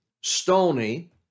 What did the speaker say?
stony